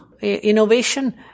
innovation